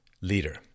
leader